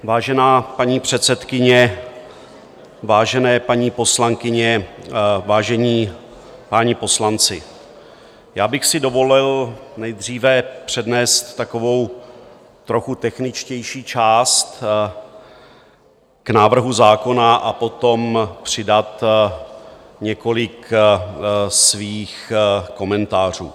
Vážená paní předsedkyně, vážené paní poslankyně, vážení páni poslanci, já bych si dovolil nejdříve přednést takovou trochu techničtější část k návrhu zákona a potom přidat několik svých komentářů.